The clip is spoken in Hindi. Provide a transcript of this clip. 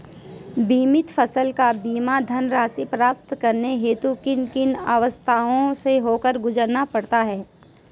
बीमित फसल का बीमा धनराशि प्राप्त करने हेतु किन किन अवस्थाओं से होकर गुजरना पड़ता है?